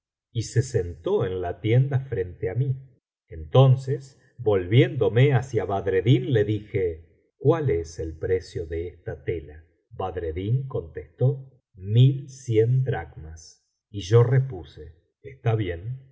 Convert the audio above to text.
y se sentó en la tienda frente á mí entonces volviéndome hacia badreddin le dije cuál es el precio de esta tela badreddin contestó mil cien dracmas y yo repuse está bien